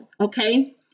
Okay